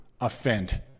offend